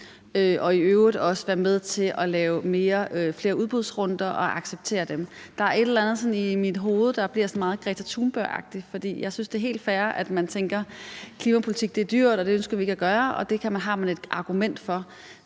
og i øvrigt også være med til at lave flere udbudsrunder og acceptere dem. Der er et eller andet i mit hoved, der bliver meget Greta Thunberg-agtigt. Jeg synes, det er helt fair, at man tænker, at klimapolitik er dyrt, at det ønsker man ikke at gøre, og at det har man et argument for,